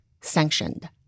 sanctioned